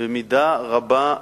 במידה רבה,